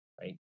Right